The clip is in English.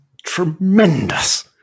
tremendous